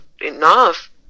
enough